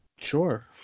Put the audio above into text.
Sure